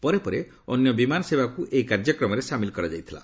ପରେ ପରେ ଅନ୍ୟ ବିମାନ ସେବାକୁ ଏହି କାର୍ଯ୍ୟକ୍ରମରେ ସାମିଲ କରାଯାଇଥିଲା